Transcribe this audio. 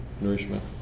nourishment